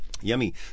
Yummy